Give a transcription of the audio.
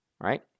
Right